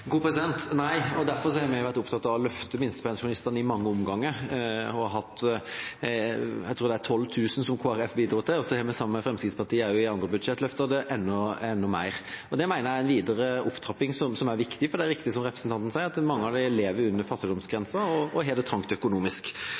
Nei, og derfor har vi vært opptatt av å løfte minstepensjonistene i mange omganger. Jeg tror det er 12 000 kr som Kristelig Folkeparti bidro til, og så har vi sammen med Fremskrittspartiet også i andre budsjett løftet det enda mer. Det mener jeg er en videre opptrapping som er viktig, for det er riktig som representanten sier, at mange av dem lever under fattigdomsgrensen og har det trangt økonomisk.